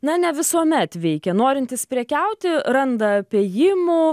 na ne visuomet veikė norintys prekiauti randa apėjimų